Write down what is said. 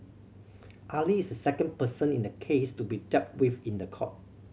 Ali is the second person in the case to be dealt with in the court